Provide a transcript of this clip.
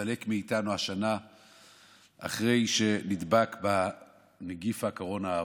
שהסתלק מאיתנו השנה אחרי שנדבק בנגיף הקורונה הארור.